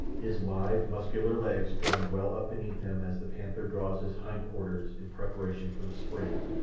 his lithe, muscular legs drawn well up beneath him as the panther draws his hindquarters in preparation for the spring,